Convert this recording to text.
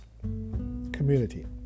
community